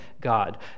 God